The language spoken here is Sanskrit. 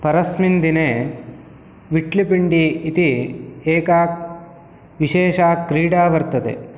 परस्मिन् दिने विट्लिपिण्डि इति एका विशेषा क्रीडा वर्तते